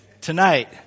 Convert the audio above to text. tonight